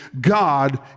God